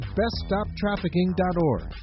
beststoptrafficking.org